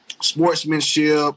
sportsmanship